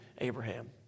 Abraham